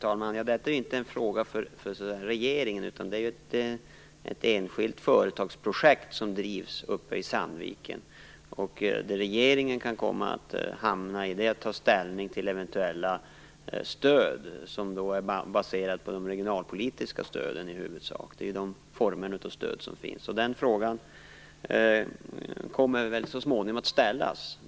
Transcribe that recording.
Herr talman! Detta är inte en fråga för regeringen. Det är ju fråga om ett enskilt företagsprojekt som drivs uppe i Sandviken. Vad regeringen kan komma att göra är att ta ställning till eventuella stöd, vilka i huvudsak är baserade på de regionalpolitiska stöden - det är ju dessa former av stöd som finns. Denna fråga kommer vi väl så småningom att ställas inför.